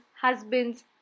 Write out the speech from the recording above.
husbands